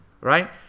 right